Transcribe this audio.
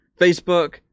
Facebook